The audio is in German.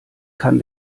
kann